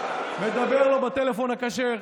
מדבר לו בטלפון הכשר.